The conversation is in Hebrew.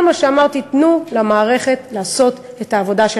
כל מה שאמרתי: תנו למערכת לעשות את העבודה שלה.